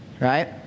right